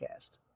Podcast